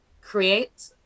create